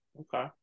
okay